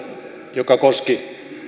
joka koski